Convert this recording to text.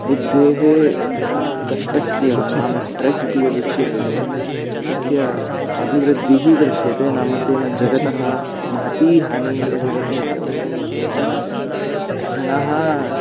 बुद्धेः कष्टस्य नाम स्ट्रेस् इति यद् उच्यते तस्य अभिवृद्धिः दृश्यते नाम तेन जगतः महती हानिः भवति इति अवश्यं वक्तुं शक्यते जनाः